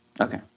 Okay